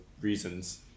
reasons